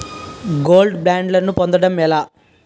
Gold బ్యాండ్లను పొందటం ఎలా?